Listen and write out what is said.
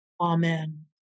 Amen